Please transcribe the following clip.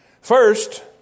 First